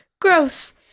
Gross